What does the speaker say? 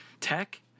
tech